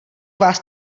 vás